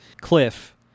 cliff